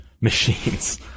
Machines